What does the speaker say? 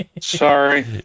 Sorry